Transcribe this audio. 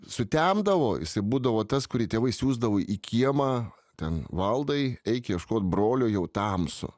sutemdavo būdavo tas kurį tėvai siųsdavo į kiemą ten valdai eik ieškot brolio jau tamsu